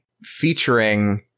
featuring